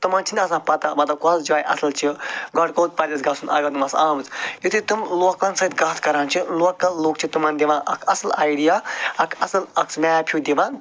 تِمَن چھِنہٕ آسان پتہ مطلب کۄس جاے اصٕل چھِ گۄڈٕ کوٚت پَزِ اسہِ گژھُن اگر آمٕتۍ یُتھٕے تِم لوکٕلَن سۭتۍ کَتھ کران چھِ لوکَل لوٗکھ چھِ تِمَن دِوان اَکھ اصٕل آیڈِیا اَکھ اصٕل سُہ میپ ہیٛو دِوان